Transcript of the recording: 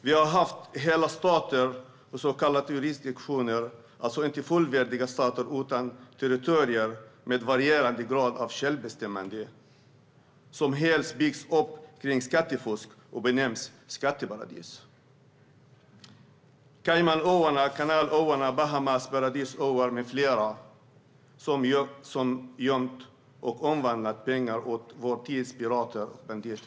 Vi har haft hela stater och så kallade jurisdiktioner - alltså inte fullvärdiga stater utan territorier med varierande grad av självbestämmande - som helt har byggts upp kring skattefusk och som har benämnts skatteparadis. Caymanöarna, Kanalöarna och Bahamas är exempel på paradisöar där man gömt och omvandlat pengar åt vår tids pirater och banditer.